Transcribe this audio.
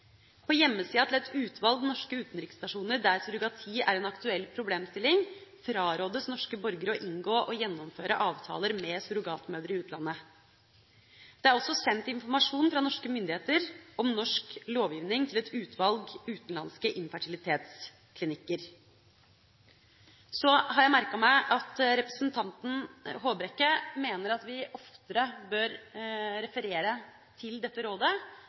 På hjemmesida til et utvalg norske utenriksstasjoner der surrogati er en aktuell problemstilling, frarådes norske borgere å inngå og gjennomføre avtaler med surrogatmødre i utlandet. Det er også sendt informasjon fra norske myndigheter om norsk lovgivning til et utvalg utenlandske infertilitetsklinikker. Jeg har merket meg at representanten Håbrekke mener at vi oftere bør referere til dette rådet.